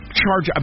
charge